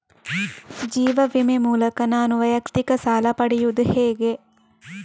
ಜೀವ ವಿಮೆ ಮೂಲಕ ನಾನು ವೈಯಕ್ತಿಕ ಸಾಲ ಪಡೆಯುದು ಹೇಗೆ?